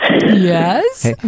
Yes